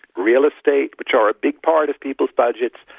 real estate, which are a big part of people's budgets,